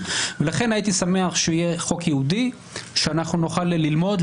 לכן הייתי שמח שיהיה חוק ייעודי שאנחנו נוכל ללמוד,